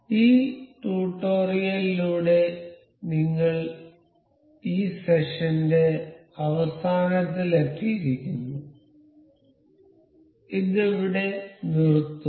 ഈ ട്യൂട്ടോറിയലിലൂടെ നിങ്ങൾ ഈ സെഷന്റെ അവസാനത്തിൽ എത്തിയിരിക്കുന്നു ഇത് ഇവിടെ നിറുത്തുന്നു